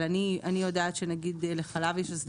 אבל אני יודעת שלמשל לחלב יש הסדרה